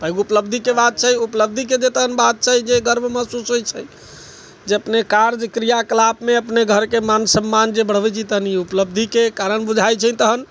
पैघ उपलब्धिके बात छै उपलब्धिके जे तहन बात छै जे गर्व महसूस होइ छै जे अपने कार्य क्रियाकलापमे मान सम्मान जे बढ़बै छै तनियो उपलब्धिके कारण बुझाइ छै तहन